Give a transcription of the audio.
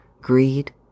Greed